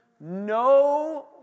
No